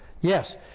Yes